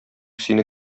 сине